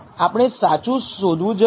તેથી આપણે સાચું શોધવું જરૂરી છે